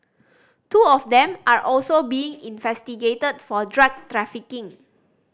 two of them are also being investigated for drug trafficking